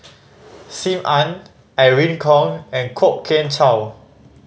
Sim Ann Irene Khong and Kwok Kian Chow